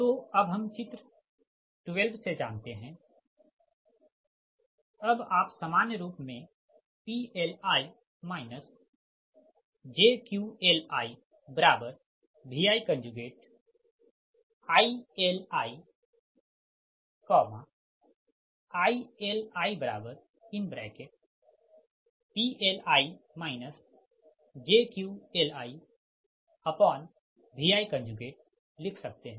तो अब हम चित्र 12 से जानते है अब आप सामान्य रूप में PLi jQLiViILi ILiPLi jQLiViलिख सकते है